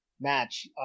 match